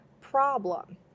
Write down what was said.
problem